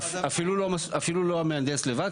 אפילו לא המהנדס לבד.